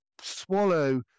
swallow